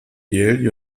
yale